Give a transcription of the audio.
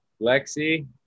lexi